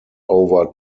over